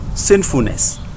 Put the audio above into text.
sinfulness